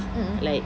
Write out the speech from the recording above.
mmhmm